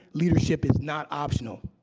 leadership is not optional.